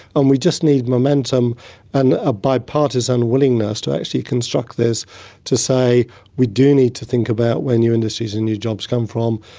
and we just need momentum and a bi-partisan willingness to actually construct this to say we do need to think about where new industries and new jobs come from,